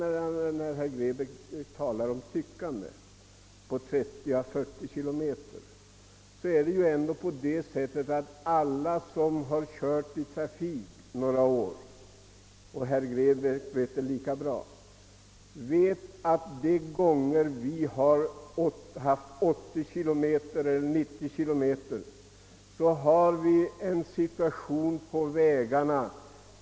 Med anledning av herr Grebäcks tal om »tyckande» vid bestämmande av hastigheten till 30 eller 40 kilometer i timmen vill jag framhålla, att alla som kört bil några år — herr Grebäck känner till det lika bra som dessa — av erfarenhet vet, att när vi haft hastighetsbegränsning till 80 eller 90 kilometer i timmen har det uppstått långa bilköer på vägarna.